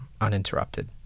uninterrupted